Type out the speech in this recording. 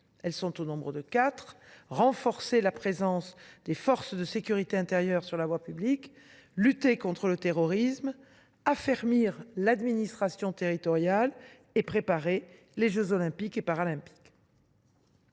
demeurent inchangées : renforcer la présence des forces de sécurité intérieure sur la voie publique, lutter contre le terrorisme, affermir l’administration territoriale et préparer les jeux Olympiques et Paralympiques.